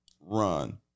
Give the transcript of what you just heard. run